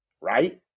right